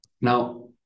Now